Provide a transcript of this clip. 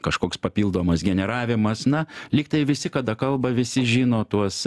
kažkoks papildomas generavimas na lyg tai visi kada kalba visi žino tuos